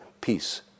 peace